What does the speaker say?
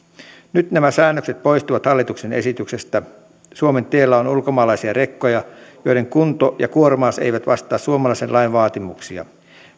nyt nämä säännökset poistuvat hallituksen esityksestä suomen teillä on ulkomaalaisia rekkoja joiden kunto ja kuormaus eivät vastaa suomalaisen lain vaatimuksia